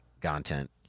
Content